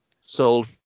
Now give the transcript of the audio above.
sold